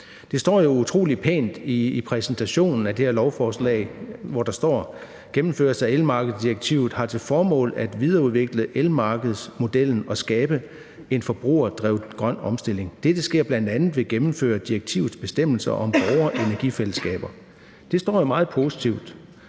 Det står jo utrolig pænt i den skriftlige fremsættelse af det her lovforslag. Der står: »Gennemførelsen af elmarkedsdirektivet har til formål at videreudvikle elmarkedsmodellen og skabe en forbrugerdrevet grøn omstilling. Dette sker bl.a. ved at gennemføre direktivets bestemmelser om borgerenergifællesskaber ...«. Det står jo meget positivt.